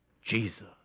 Jesus